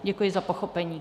Děkuji za pochopení.